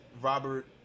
Robert